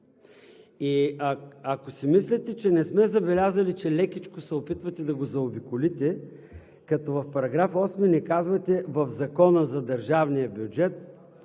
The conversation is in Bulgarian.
ако си мислите, че не сме забелязали, че лекичко се опитвате да го заобиколите, като в § 8 не казвате: „В Закона за държавния бюджет